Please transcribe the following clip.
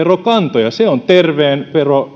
se on terveen